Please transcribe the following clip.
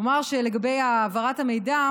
נאמר שלגבי העברת המידע,